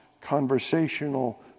conversational